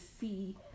see